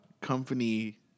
company